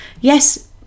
Yes